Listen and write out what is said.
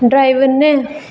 driver नै